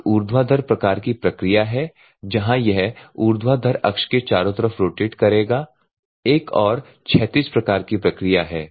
एक ऊर्ध्वाधर प्रकार की प्रक्रिया है जहां यह ऊर्ध्वाधर अक्ष के चारों तरफ रोटेट करेगा एक और क्षैतिज प्रकार की प्रक्रिया है